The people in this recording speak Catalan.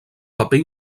paper